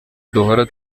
duhora